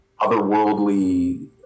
otherworldly